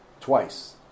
twice